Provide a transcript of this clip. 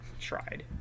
Tried